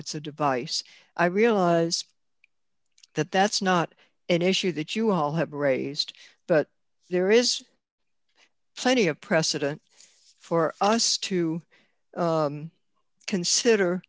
it's a device i realize that that's not an issue that you all have raised but there is plenty of precedent for us to consider